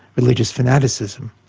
religious fanaticism.